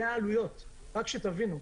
אלה העלויות, רק שתבינו.